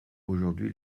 aujourd’hui